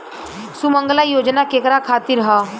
सुमँगला योजना केकरा खातिर ह?